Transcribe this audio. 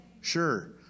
Sure